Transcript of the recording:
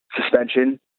suspension